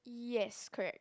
yes correct